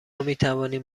میتوانیم